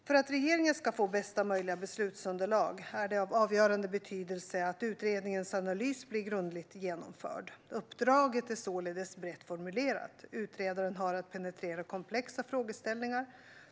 För att regeringen ska få bästa möjliga beslutsunderlag är det av avgörande betydelse att utredningens analys blir grundligt genomförd. Uppdraget är således brett formulerat. Utredaren har att penetrera komplexa frågeställningar.